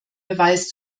beweis